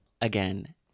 again